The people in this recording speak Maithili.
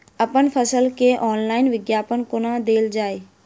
अप्पन फसल केँ ऑनलाइन विज्ञापन कोना देल जाए?